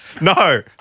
No